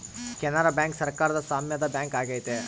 Canara bank ಸರಕಾರದ ಸಾಮ್ಯದ bank ಆಗೈತೆ